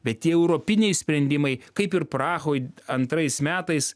bet tie europiniai sprendimai kaip ir prahoj antrais metais